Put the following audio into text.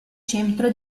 centro